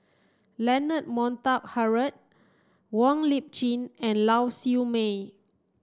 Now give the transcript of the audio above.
Leonard Montague Harrod Wong Lip Chin and Lau Siew Mei